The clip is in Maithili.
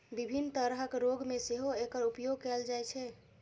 विभिन्न तरहक रोग मे सेहो एकर उपयोग कैल जाइ छै